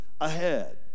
ahead